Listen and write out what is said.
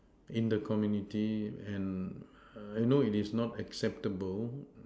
in the community and I know it is not acceptable